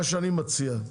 מה שאני מציע,